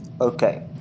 okay